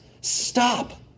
Stop